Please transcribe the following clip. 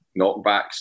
knockbacks